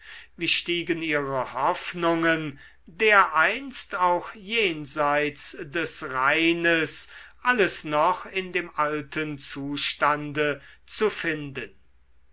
wie stiegen ihre hoffnungen dereinst auch jenseits des rheines alles noch in dem alten zustande zu finden